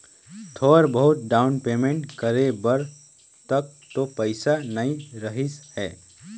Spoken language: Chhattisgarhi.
थोर बहुत डाउन पेंमेट करे बर तक तो पइसा नइ रहीस हे